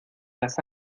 las